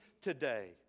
today